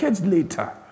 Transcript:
later